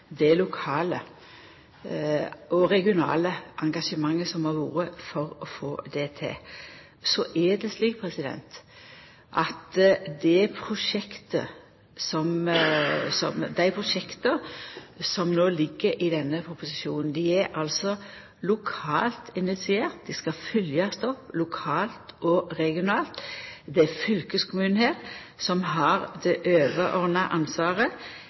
det lokale og regionale engasjementet som har vore for å få det til. Så er det slik at dei prosjekta som ligg i denne proposisjonen, er lokalt initierte, og dei skal følgjast opp lokalt og regionalt. Det er fylkeskommunen her som har det overordna ansvaret.